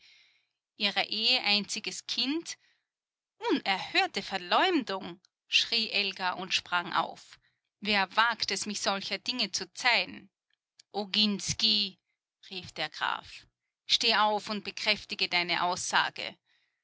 ihrer ehre einziges kind unerhörte verleumdung schrie elga und sprang auf wer wagt es mich solcher dinge zu zeihen oginsky rief der graf steh auf und bekräftige deine aussage